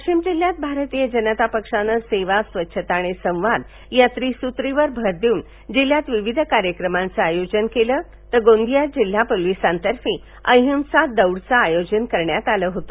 वाशिम जिल्ह्यात भारतीय जनता पक्षाने सेवा स्वच्छता आणि संवाद या त्रिसुत्रीवर भर देऊन जिल्ह्यात विविध कार्यक्रमाचे आयोजन केलं तर गोंदिया जिल्हा पोलिसांतर्फे अहिंसा दौडचे आयोजन करण्यात आले होते